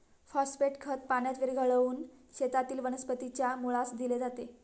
phosphate खत पाण्यात विरघळवून शेतातील वनस्पतीच्या मुळास दिले जाते